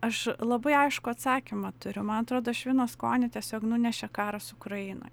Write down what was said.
aš labai aiškų atsakymą turiu man atrodo švino skonį tiesiog nunešė karas ukrainoj